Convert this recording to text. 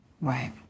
Right